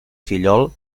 fillol